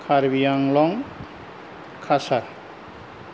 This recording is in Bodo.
कार्बि आंलं कासार